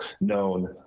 known